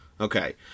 Okay